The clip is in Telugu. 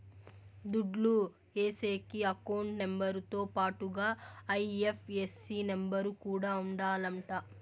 దుడ్లు ఏసేకి అకౌంట్ నెంబర్ తో పాటుగా ఐ.ఎఫ్.ఎస్.సి నెంబర్ కూడా ఉండాలంట